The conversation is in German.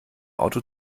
auto